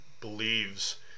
believes